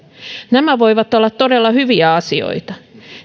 nämä voivat olla todella hyviä asioita